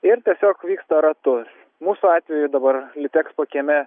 ir tiesiog vyksta ratus mūsų atveju dabar litexpo kieme